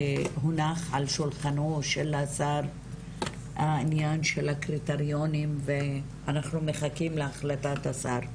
שהונח על שולחנו של השר העניין של הקריטריונים ואנחנו מחכים להחלטת השר.